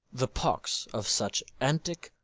the pox of such antic,